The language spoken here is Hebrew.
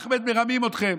אחמד, מרמים אתכם.